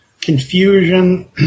confusion